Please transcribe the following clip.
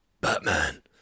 Batman